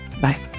Bye